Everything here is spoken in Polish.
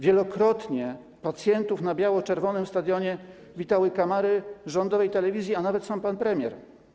Wielokrotnie pacjentów na biało-czerwonym stadionie witały kamery rządowej telewizji, a nawet sam pan premier.